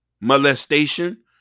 molestation